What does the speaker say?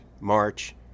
March